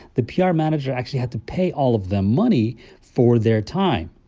the pr manager actually had to pay all of them money for their time.